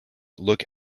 look